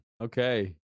Okay